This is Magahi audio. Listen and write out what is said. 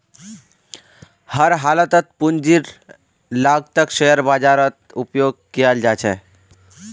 हर हालतत पूंजीर लागतक शेयर बाजारत उपयोग कियाल जा छे